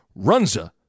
Runza